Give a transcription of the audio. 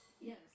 Yes